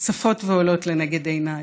צפים ועולים לנגד עיניי,